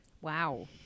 Wow